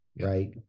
right